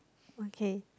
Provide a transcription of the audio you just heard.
okay